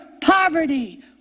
poverty